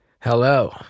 Hello